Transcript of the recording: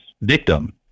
victim